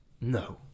No